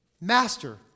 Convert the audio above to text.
Master